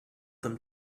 them